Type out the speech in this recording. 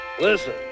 Listen